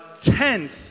tenth